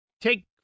take